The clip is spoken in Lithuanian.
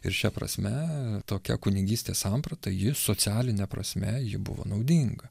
ir šia prasme tokia kunigystės samprata ji socialine prasme ji buvo naudinga